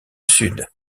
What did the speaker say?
sud